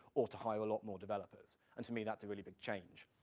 or to hire a lot more developers, and to me, that's a really big change.